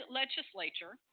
legislature